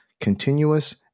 continuous